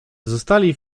zostali